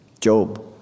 Job